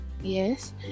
Yes